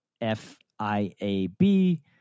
F-I-A-B